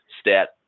stat